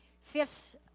fifth